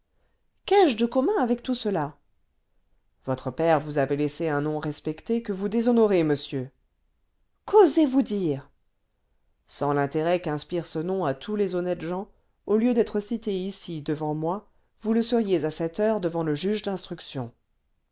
qu'ai-je de commun avec tout cela votre père vous avait laissé un nom respecté que vous déshonorez monsieur quosez vous dire sans l'intérêt qu'inspire ce nom à tous les honnêtes gens au lieu d'être cité ici devant moi vous le seriez à cette heure devant le juge d'instruction